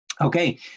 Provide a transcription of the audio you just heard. Okay